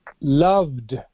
loved